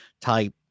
type